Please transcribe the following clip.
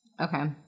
Okay